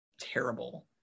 terrible